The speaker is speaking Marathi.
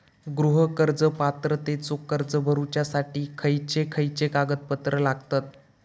गृह कर्ज पात्रतेचो अर्ज भरुच्यासाठी खयचे खयचे कागदपत्र लागतत?